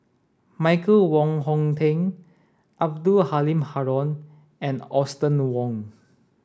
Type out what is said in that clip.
Michael Wong Hong Teng Abdul Halim Haron and Austen Ong